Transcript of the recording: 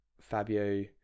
Fabio